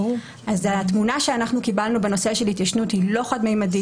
אז התמונה שאנחנו קיבלנו בנושא של התיישנות היא לא חד-ממדית.